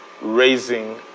Raising